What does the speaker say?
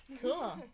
cool